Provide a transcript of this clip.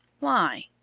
why?